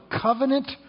covenant